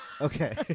Okay